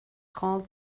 called